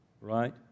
right